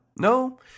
No